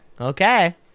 Okay